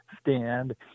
stand